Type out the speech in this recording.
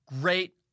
great